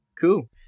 Cool